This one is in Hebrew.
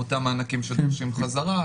לגבי אותם מענקים שמבקשים חזרה.